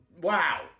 Wow